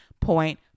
Point